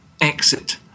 exit